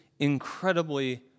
incredibly